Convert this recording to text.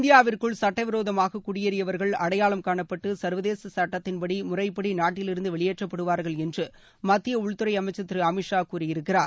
இந்தியாவிற்குள் சட்டவிரோதமாக குடியேறியவா்கள் அடையாளம் காணப்பட்டு சா்வதேச சுட்டத்தின்படி முறைப்படி நாட்டிலிருந்து வெளியேற்றப்படுவார்கள் என்று மத்திய உள்துறை அமைச்சா் திரு அமித் ஷா கூறியிருக்கிறார்